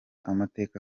amateka